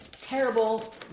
terrible